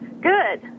Good